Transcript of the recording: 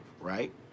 right